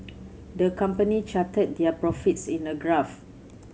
the company charted their profits in a graph